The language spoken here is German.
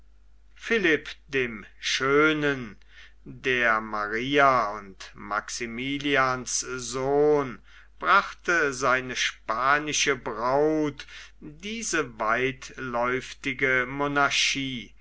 philipp dem schönen der maria und maximilians sohn brachte seine spanische braut diese weitläuftige monarchie